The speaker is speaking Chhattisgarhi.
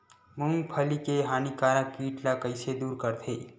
मूंगफली के हानिकारक कीट ला कइसे दूर करथे?